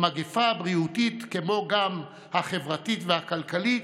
המגפה הבריאותית, כמו גם החברתית והכלכלית,